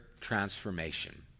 transformation